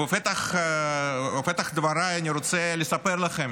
בפתח דבריי אני רוצה לספר לכם